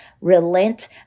Relent